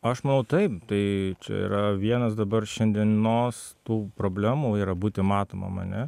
aš manau taip tai yra vienas dabar šiandienos tų problemų yra būti matomam ane